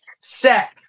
set